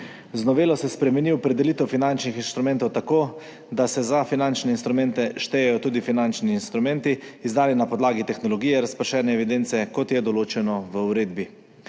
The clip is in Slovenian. Z novelo se spremeni opredelitev finančnih instrumentov tako, da se za finančne instrumente štejejo tudi finančni instrumenti, izdani na podlagi tehnologije razpršene evidence, kot je določeno v uredbi.